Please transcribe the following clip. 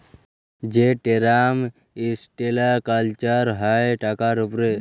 যে term structure হ্যয় টাকার উপরে